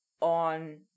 on